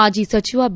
ಮಾಜಿ ಸಚಿವ ಬಿ